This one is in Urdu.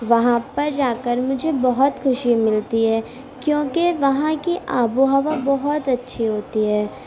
وہاں پر جاکر مجھے بہت خوشی ملتی ہے کیونکہ وہاں کی آب و ہوا بہت اچھی ہوتی ہے